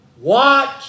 watch